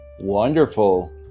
Wonderful